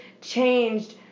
changed